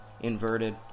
inverted